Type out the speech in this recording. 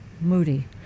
Moody